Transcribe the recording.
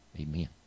amen